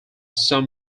some